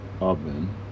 oven